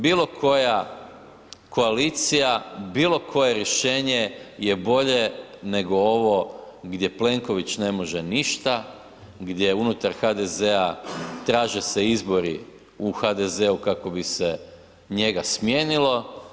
Bilo koja koalicija, bilo koje rješenje je bolje nego ovo gdje Plenković ne može ništa, gdje unutar HDZ-a traže se izbori u HDZ-u kako bi se njega smijenilo.